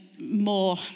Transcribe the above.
more